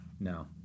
No